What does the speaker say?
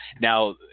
now